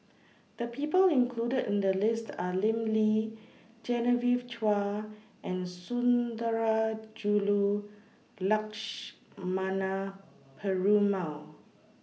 The People included in The list Are Lim Lee Genevieve Chua and Sundarajulu Lakshmana Perumal